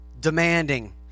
demanding